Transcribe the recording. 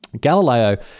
Galileo